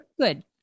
good